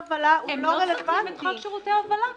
הם לא סותרים את חוק שירותי הובלה כאן.